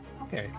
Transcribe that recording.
Okay